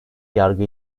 yargı